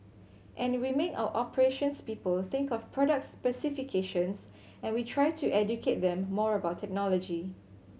and we make our operations people think of product specifications and we try to educate them more about technology